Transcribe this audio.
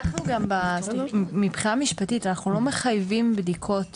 מבחינה משפטית אנחנו לא מחייבים בדיקות